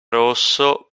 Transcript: rosso